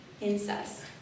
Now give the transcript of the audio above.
incest